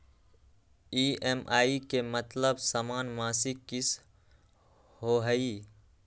EMI के मतलब समान मासिक किस्त होहई?